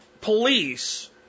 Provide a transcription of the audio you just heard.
police